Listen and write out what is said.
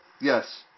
Yes